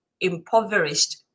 impoverished